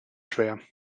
schwer